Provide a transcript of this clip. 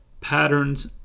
patterns